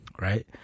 right